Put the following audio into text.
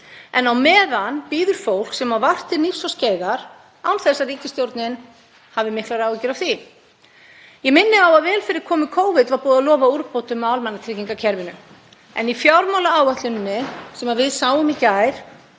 En á meðan bíður fólk sem á vart til hnífs og skeiðar án þess að ríkisstjórnin hafi miklar áhyggjur af því. Ég minni á að vel fyrir komu Covid var búið að lofa úrbótum á almannatryggingakerfinu en í fjármálaáætluninni sem við sáum í gær